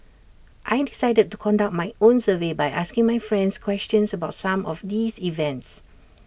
I decided to conduct my own survey by asking my friends questions about some of these events